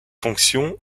fonction